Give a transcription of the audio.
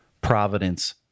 Providence